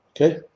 Okay